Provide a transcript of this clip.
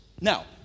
Now